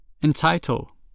Entitle